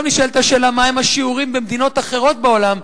עכשיו נשאלת השאלה מהם השיעורים במדינות אחרות בעולם,